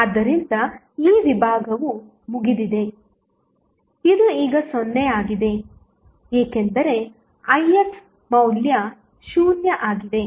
ಆದ್ದರಿಂದ ಈ ವಿಭಾಗವು ಮುಗಿದಿದೆ ಇದು ಈಗ 0 ಆಗಿದೆ ಏಕೆಂದರೆ ix ಮೌಲ್ಯ 0 ಆಗಿದೆ